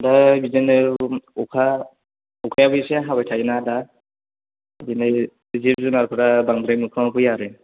दा बिदिनो अखा अखायाबो एसे हाबाय थायो ना दा बिदिनो जिब जुनारफोरा बांद्राय मोखाङाव फैया आरो